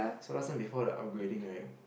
so last time before the upgrading right